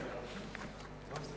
בבקשה.